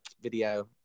video